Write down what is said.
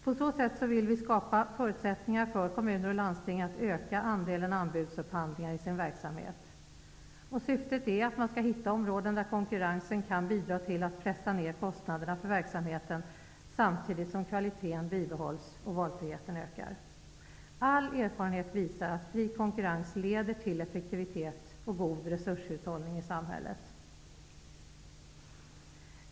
På så sätt vill vi skapa förutsättningar för kommuner och landsting att öka andelen anbudsupphandlingar i sin verksamhet. Syftet är att man skall hitta områden där konkurrensen kan bidra till att pressa ned kostnaderna för verksamheten samtidigt som valfriheten ökar och kvaliteten bibehålls. All erfarenhet visar att fri konkurrens leder till effektivitet och god resurshushållning i samhället.